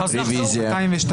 שניים בעד, חמישה נגד, אין נמנעים.